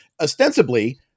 ostensibly